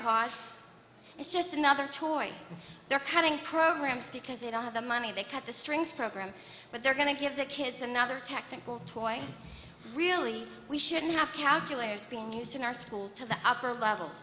taught it's just another toy they're cutting programs because they don't have the money they cut the strings program but they're going to give the kids another technical choice really we should have calculators being used in our schools to the upper level